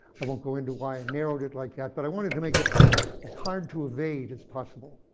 i won't go into why i narrowed it like that, but i wanted to make it as hard to evade as possible,